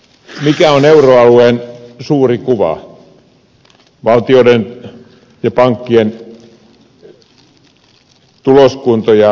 mikä on euroalueen suuri kuva valtioiden ja pankkien tuloskunto ja riskinsietokyky